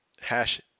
hash